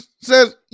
says